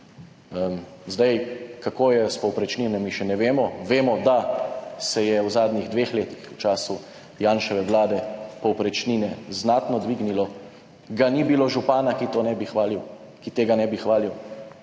Kako je s povprečninami, še ne vemo. Vemo, da so se v zadnjih dveh letih, v času Janševe vlade povprečnine znatno dvignile. Ga ni bilo župana, ki tega ne bi hvalil,